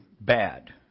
bad